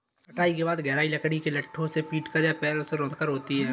कटाई के बाद गहराई लकड़ी के लट्ठों से पीटकर या पैरों से रौंदकर होती है